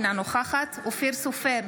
אינה נוכחת אופיר סופר,